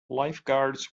lifeguards